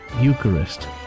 Eucharist